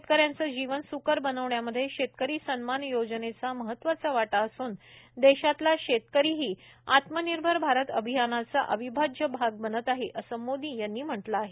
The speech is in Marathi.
शेतक यांचं जीवन स्कर बनवण्यामध्ये शेतकरी सन्मान योजनेचा महत्वाचा वाटा असून देशातला शेतकरीही आत्मनिर्भर भारत अभियानाचा अविभाज्य भाग बनत आहे असं मोदी यांनी म्हटलं आहे